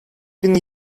bin